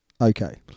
okay